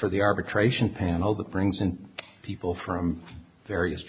for the arbitration panel that brings in people from various